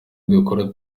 dukora